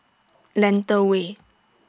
Lentor Way